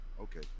Okay